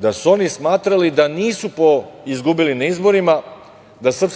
da su oni smatrali da nisu izgubili na izborima, da SNS